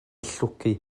llwgu